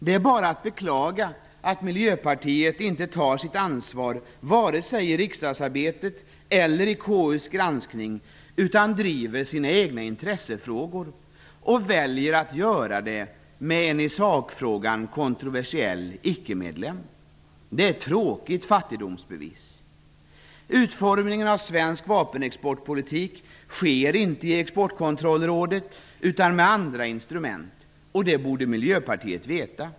Det är bara att beklaga att Miljöpartiet inte tar sitt ansvar vare sig i riksdagsarbetet eller i KU:s granskning utan driver sina egna intressefrågor och väljer att göra det med en i sakfrågan kontroversiell ickemedlem. Det är ett tråkigt fattigdomsbevis. Utformningen av svensk vapenexportpolitik sker inte i Exportkontrollrådet utan med andra instrument, och det borde Miljöpartiet veta!